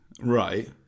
Right